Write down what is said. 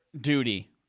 duty